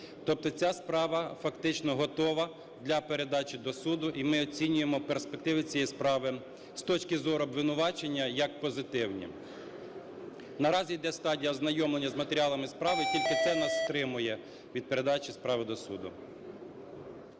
Тобто ця справа фактично готова для передачі до суду, і ми оцінюємо перспективи цієї справи з точки зору обвинувачення як позитивні. Наразі йде стадія ознайомлення з матеріалами справи, тільки це нас стримує від передачі справи до суду.